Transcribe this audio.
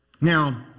Now